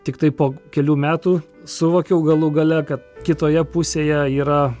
tiktai po kelių metų suvokiau galų gale kad kitoje pusėje yra